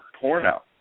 porno